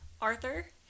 Arthur